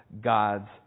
God's